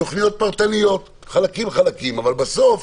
תוכניות פרטניות, אבל בסוף